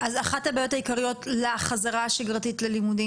אז אחת הבעיות העיקריות לחזרה השגרתית ללימודים,